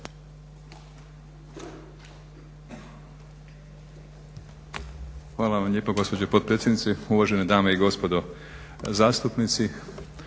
Hvala vam lijepa gospođo potpredsjednice, uvažene dame i gospodo zastupnici.